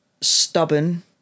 Stubborn